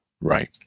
Right